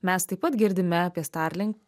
mes taip pat girdime apie starlink